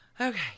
okay